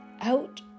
out